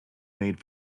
made